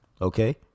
okay